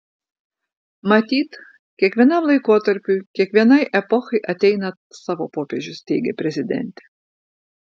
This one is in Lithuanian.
matyt kiekvienam laikotarpiui kiekvienai epochai ateina savo popiežius teigė prezidentė